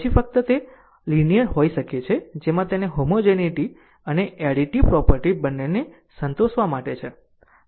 પછી ફક્ત તે તત્વ લીનીયર હોઈ શકે છે જેમાં તેને હોમોજેનીટી અને એડીટીવ પ્રોપર્ટી બંનેને સંતોષવા માટે છે